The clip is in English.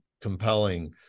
compelling